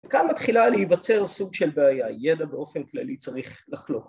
וכאן מתחילה להיווצר סוג של בעיה, ידע באופן כללי צריך לחלוק לו